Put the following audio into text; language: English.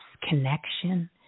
connection